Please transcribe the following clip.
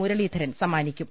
മുരളീധരൻ സമ്മാനിക്കും